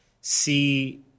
see